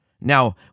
Now